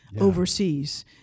overseas